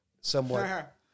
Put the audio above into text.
somewhat